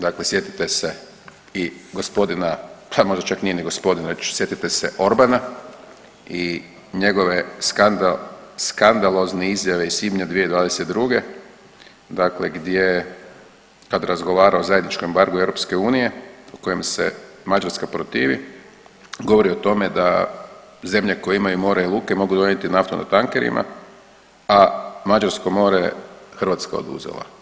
Dakle, sjetite se i gospodina, a možda čak i nije ni gospodin, već sjetite se Orbana i njegove skandalozne izjave iz svibnja 2022. dakle gdje kad razgovara o zajedničkom embargu EU u kojem se Mađarska protivi, govori o tome da zemlje koje imaju mora i luke mogu donijeti naftu na tankerima, a Mađarsko more je Hrvatska oduzela.